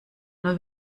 nur